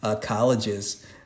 colleges